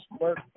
work